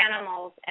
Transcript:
animals